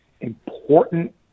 important